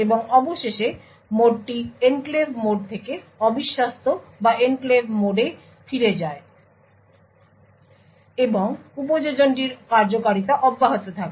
এবং অবশেষে মোডটি এনক্লেভ মোড থেকে অবিশ্বস্ত বা এনক্লেভ মোডে ফিরে যায় এবং উপযোজনটির কার্যকারিতা অব্যাহত থাকে